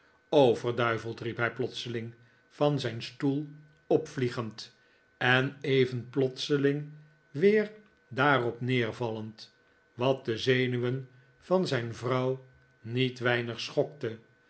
riep hij plotseling van zijn stoel opvliegend en even plotseling weer daarop neervallend wat de zenuwcn van zijn vrouw niet weinig schokte